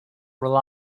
rely